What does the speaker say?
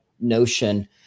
notion